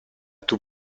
tout